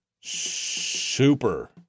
super